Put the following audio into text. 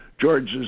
George's